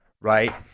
right